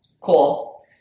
Cool